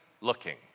looking